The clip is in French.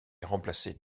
remplacé